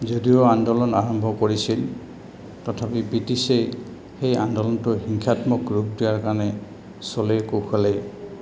যদিও আন্দোলন আৰম্ভ কৰিছিল তথাপি ব্ৰিটিছে সেই আন্দোলনটো হিংসাত্মক ৰূপ দিয়াৰ কাৰণে চলে কৌশলে